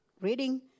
reading